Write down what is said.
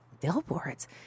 billboards